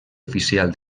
oficial